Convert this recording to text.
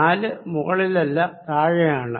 4 മുകളിലല്ല താഴെയാണ്